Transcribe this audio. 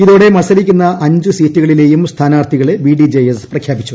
ഇതോടെ മത്സരിക്കുന്ന അഞ്ച് സീറ്റുകളിലെയും സ്ഥാനാർത്ഥികളെ ബിഡിജെഎസ് പ്രഖ്യാപിച്ചു